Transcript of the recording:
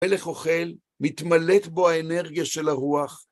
המלך אוכל, מתמלאת בו האנרגיה של הרוח.